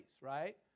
right